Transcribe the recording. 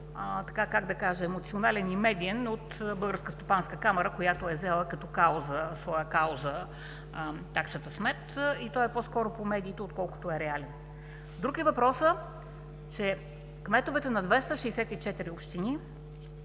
как да кажа, емоционален и медиен, от Българска стопанска камара, която е взела като своя кауза таксата смет и това е по-скоро по медиите, отколкото е реален. Друг е въпросът, че кметовете на 264 общини,